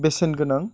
बेसेन गोनां